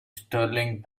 startling